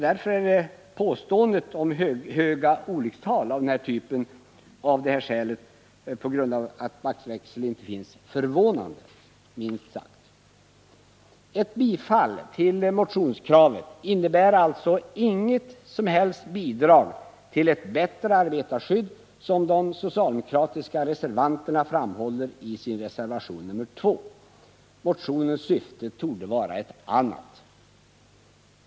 Därför är påståendet om höga olyckstal för denna typ av skotrar minst sagt förvånande. Ett bifall till motionskravet innebär alltså inget som helst bidrag till ett bättre arbetarskydd, som de socialdemokratiska reservanterna framhåller i reservation 2. Motionens syfte torde vara ett annat.